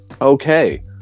okay